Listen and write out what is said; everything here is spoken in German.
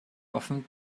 offen